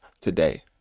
today